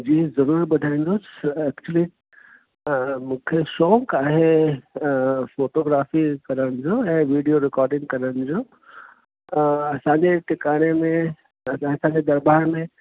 जी ज़रूरु ॿुधाईंदुसि एक्चुअली मूंखे शौक़ु आहे फोटोग्राफी करण जो ऐं वीडियो रिकॉर्डिंग करण जो असांजे टिकाणे में त असांजे दरबार में